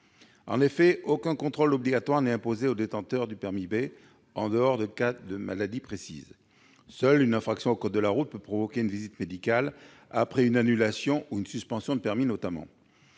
En effet, aucun contrôle obligatoire n'est imposé aux détenteurs du permis B en dehors des cas de maladies spécifiques. Seule une infraction au code de la route peut provoquer une visite médicale, notamment après une annulation ou une suspension de permis.